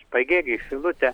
pagėgiai šilutė